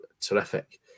terrific